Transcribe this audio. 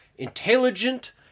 intelligent